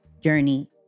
journey